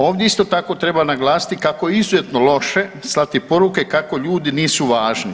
Ovdje isto tako treba naglasiti kako je izuzetno loše slati poruke kako ljudi nisu važni.